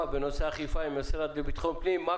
עם המשרד לביטחון הפנים בנושא האכיפה,